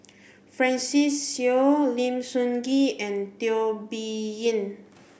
Francis Seow Lim Sun Gee and Teo Bee Yen